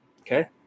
Okay